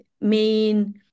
main